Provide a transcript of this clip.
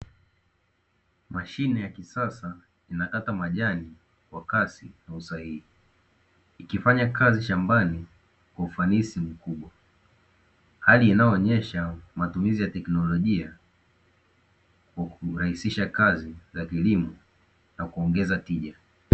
Mashine ya kisasa inakata majani ikikata nyasi kwa kisasa na kufanikisha kazi ya kilimo kuwa ya urahisi na usafi mkubwa